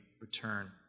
return